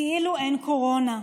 כאילו אין קורונה.